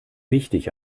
wichtig